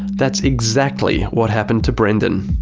that's exactly what happened to brendan.